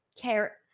care